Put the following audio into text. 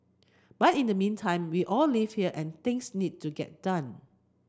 but in the meantime we all live here and things need to get done